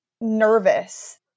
nervous